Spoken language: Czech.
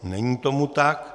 Není tomu tak.